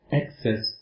excess